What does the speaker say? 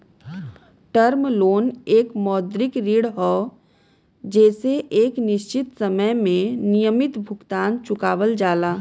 term loan एक मौद्रिक ऋण हौ जेसे एक निश्चित समय में नियमित भुगतान चुकावल जाला